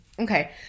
Okay